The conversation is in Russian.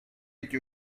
эти